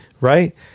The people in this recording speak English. Right